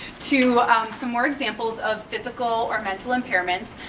to some more examples of physical or mental impairments.